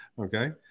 okay